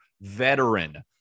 veteran